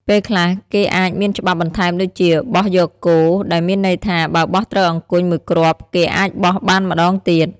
ពេលខ្លះ គេអាចមានច្បាប់បន្ថែមដូចជា បោះយកគោ ដែលមានន័យថា បើបោះត្រូវអង្គញ់មួយគ្រាប់ គេអាចបោះបានម្ដងទៀត ។